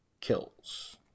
kills